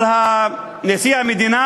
נשיא המדינה